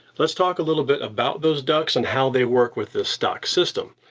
let's talk a little bit about those ducts and how they work with this stock system.